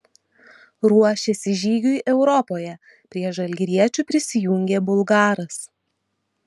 ruošiasi žygiui europoje prie žalgiriečių prisijungė bulgaras